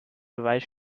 beweis